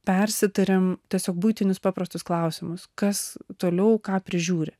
persitariam tiesiog buitinius paprastus klausimus kas toliau ką prižiūri